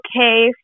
okay